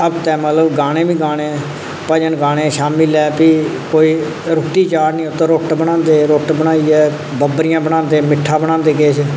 हफ्ते मतलब गाने गै गाने भजन गाने शामीं'लै भी कोई रुट्टी चाढ़नी उत्त रुट्ट बनांदे रुट्ट बनाइयै बब्बरियां बनांदे न मिट्ठा बनांदे किश